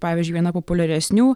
pavyzdžiui viena populiaresnių